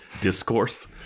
discourse